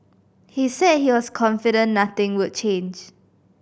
he said he was confident nothing would change